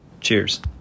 Cheers